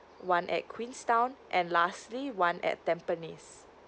one at queenstown and lastly one at tampines